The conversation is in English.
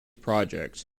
projects